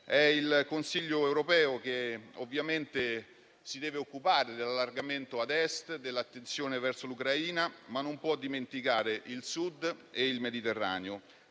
È il Consiglio europeo che ovviamente si deve occupare dell'allargamento ad Est dell'attenzione verso l'Ucraina, ma non può dimenticare il Sud e il Mediterraneo.